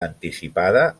anticipada